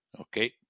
Okay